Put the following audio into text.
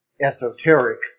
esoteric